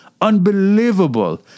Unbelievable